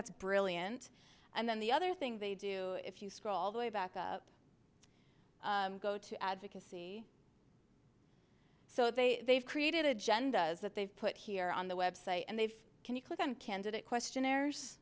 that's brilliant and then the other thing they do if you scroll all the way back up go to advocacy so they have created agendas that they've put here on the web site and they've can you click on candidate questionnaires